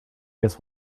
guess